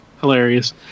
hilarious